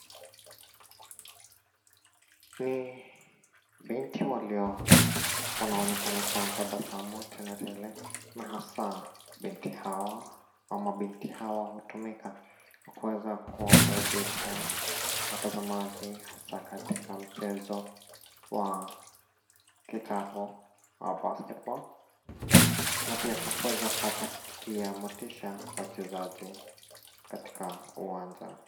Ni binti walioonekana kuwa na tabasamu tena tele na hasa binti hawa au mabinti hawa hutumika kuweza kuwaburudisha watazamaji haswa katika mchezo wa kikapu wa basketball na pia kwa kuweza kuwapatia motisha wachezaji katika uwanja.